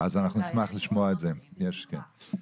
שכבר קיימנו פגישה והסתנכרנו.